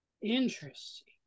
interesting